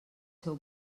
seu